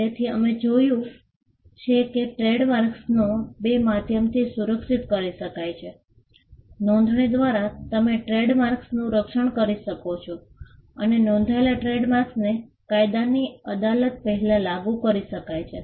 તેથી અમે જોયું છે કે ટ્રેડમાર્ક્સને બે માધ્યમથી સુરક્ષિત કરી શકાય છે નોંધણી દ્વારા તમે ટ્રેડમાર્ક્સનું રક્ષણ કરી શકો છો અને નોંધાયેલા ટ્રેડમાર્કને કાયદાની અદાલત પહેલાં લાગુ કરી શકાય છે